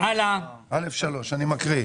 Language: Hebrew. אני מקריא.